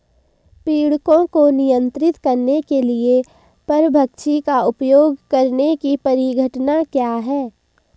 पीड़कों को नियंत्रित करने के लिए परभक्षी का उपयोग करने की परिघटना क्या है?